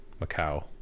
Macau